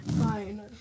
Fine